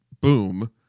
boom